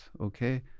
Okay